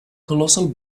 colossal